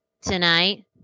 tonight